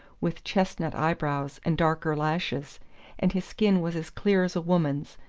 with chestnut eyebrows and darker lashes and his skin was as clear as a woman's,